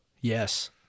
Yes